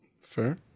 Fair